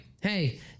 Hey